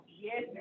Yes